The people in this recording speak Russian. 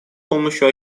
помощью